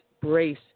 brace